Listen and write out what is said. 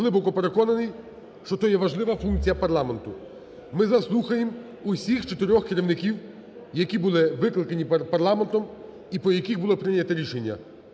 глибоко переконаний, що то є важлива функція парламенту. Ми заслухаємо усіх чотирьох керівників, які були викликані парламентом і по яких було прийняте рішення.